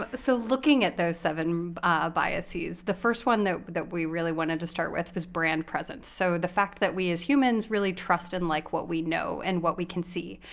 ah so looking at those seven biases, the first one that but that we really wanted to start with was brand presence. so the fact that we, as humans, really trust and like what we know and what we can see.